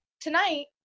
Tonight